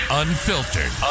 unfiltered